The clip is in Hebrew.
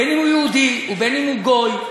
בין שהוא יהודי ובין שהוא גוי,